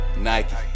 Nike